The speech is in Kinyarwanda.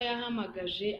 yahamagaje